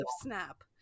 snap